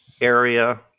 area